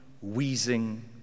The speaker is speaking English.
wheezing